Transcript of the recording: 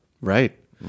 Right